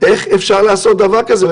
איך אפשר לעשות את הדבר הזה.